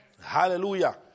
Hallelujah